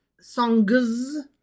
songs